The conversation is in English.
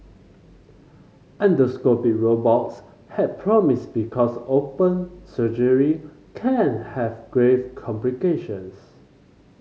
endoscopic robots held promise because open surgery can have grave complications